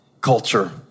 culture